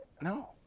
No